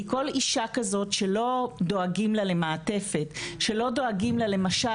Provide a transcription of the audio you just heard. כי כל אישה כזאת שלא דואגים לה למעטפת שלא דואגים לה למשל,